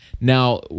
now